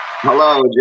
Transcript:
Hello